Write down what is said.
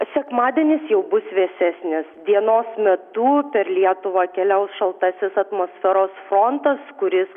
sekmadienis jau bus vėsesnis dienos metu per lietuvą keliaus šaltasis atmosferos frontas kuris